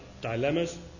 dilemmas